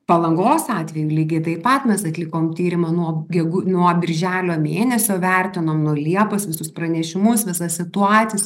palangos atveju lygiai taip pat mes atlikom tyrimą nuo gegu nuo birželio mėnesio vertinom nuo liepos visus pranešimus visas situacijas